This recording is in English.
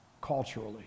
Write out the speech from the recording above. culturally